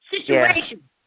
situation